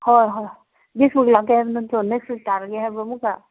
ꯍꯣꯏ ꯍꯣꯏ next week ꯂꯥꯛꯀꯦ ꯍꯥꯏꯕ ꯅꯠꯇ꯭ꯔꯣ ꯅꯦꯛꯁ ꯋꯤꯛ ꯇꯥꯔꯒꯦ ꯍꯥꯏꯕ ꯑꯃꯨꯛꯀ